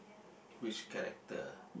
which character